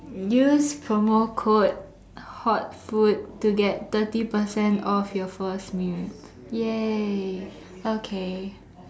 use promo code hot food to get thirty percent off your first meal !yay! okay